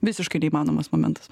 visiškai neįmanomas momentas